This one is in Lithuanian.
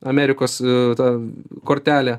amerikos ta kortelė